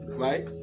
right